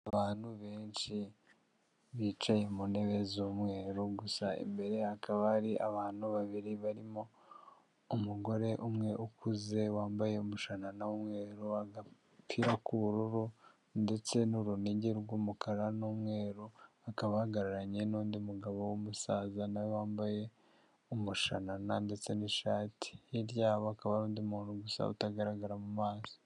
Abantu benshi bicaye mu ntebe z'umweru gusa imbere hakaba hari abantu babiri barimo umugore umwe ukuze wambaye umushanana w'umweru, agapira k'ubururu ndetse n'urunigi rw'umukara n'umweru akaba ahagararanye n'undi mugabo w'umusaza nawe wambaye umushanana ndetse n'ishati, hirya yaho hakaba hari n'undi muntu gusa utagaragara mu maso.